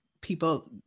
people